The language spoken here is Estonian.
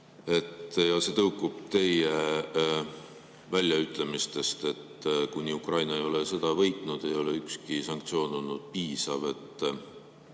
See tõukub teie väljaütlemisest, et kuni Ukraina ei ole sõda võitnud, ei ole ükski sanktsioon olnud piisav.